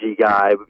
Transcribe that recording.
guy